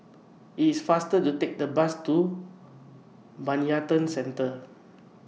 IT IS faster to Take The Bus to Bayanihan Centre